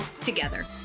together